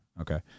Okay